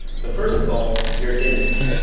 so first of all, your image.